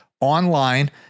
online